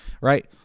right